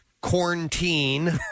Quarantine